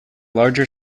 larger